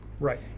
Right